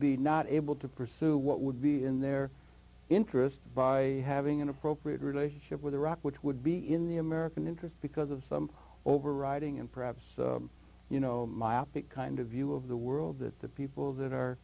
be not able to pursue what would be in their interest by having an appropriate relationship with iraq which would be in the american interest because of some overriding and perhaps you know myopic kind of view of the world that the people that are